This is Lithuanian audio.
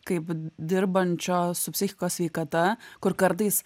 kaip dirbančio su psichikos sveikata kur kartais